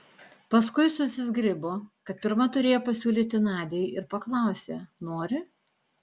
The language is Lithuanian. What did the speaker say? paskui susizgribo kad pirma turėjo pasiūlyti nadiai ir paklausė nori